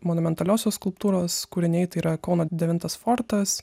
monumentaliosios skulptūros kūriniai tai yra kauno devintas fortas